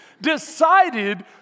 decided